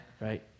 right